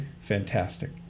Fantastic